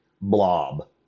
blob